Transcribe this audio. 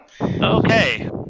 Okay